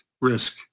risk